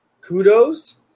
kudos